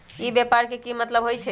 ई व्यापार के की मतलब होई छई?